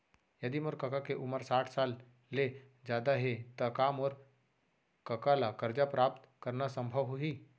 यदि मोर कका के उमर साठ साल ले जादा हे त का मोर कका ला कर्जा प्राप्त करना संभव होही